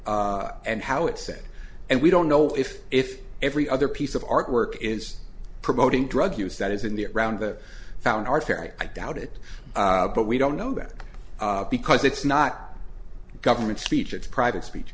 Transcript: said and how it's said and we don't know if if every other piece of artwork is promoting drug use that is in the round the found are fair i doubt it but we don't know that because it's not government speech it's private speech